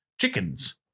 chickens